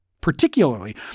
Particularly